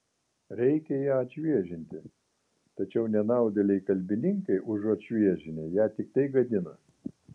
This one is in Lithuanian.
reikia ją atšviežinti tačiau nenaudėliai kalbininkai užuot šviežinę ją tiktai gadina